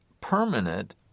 permanent